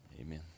Amen